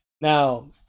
Now